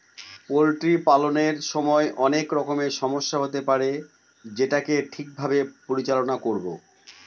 poultry পালনের সময় অনেক রকমের সমস্যা হতে পারে যেটাকে ঠিক ভাবে পরিচালনা করবো